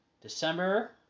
December